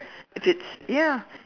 if it's ya